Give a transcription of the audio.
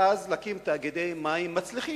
ואז להקים תאגידי מים מצליחים.